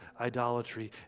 idolatry